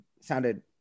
sounded